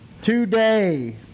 Today